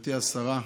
גברתי השרה,